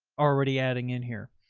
already adding in here.